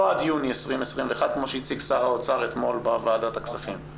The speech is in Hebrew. לא עד יוני 2021 כמו שהציג שר האוצר אתמול בוועדת הכספים.